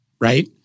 right